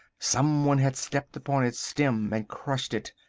someone had stepped upon its stem and crushed it.